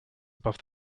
above